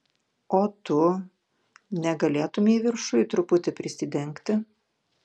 o tu negalėtumei viršuj truputį prisidengti